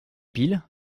piles